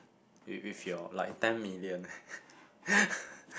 with with your like ten million eh